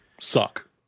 suck